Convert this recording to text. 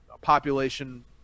population